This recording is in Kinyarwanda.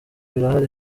birahari